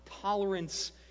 Tolerance